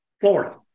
Florida